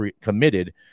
committed